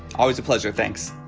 always a pleasure. thanks.